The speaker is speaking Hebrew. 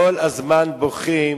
כל הזמן בוכים